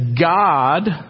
God